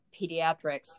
Pediatrics